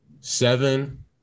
seven